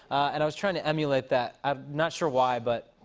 and i was trying to emulate that. i'm not sure why, but.